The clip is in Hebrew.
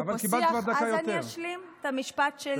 אז אני אשלים את המשפט שלי עד סופו.